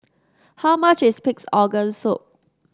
how much is Pig's Organ Soup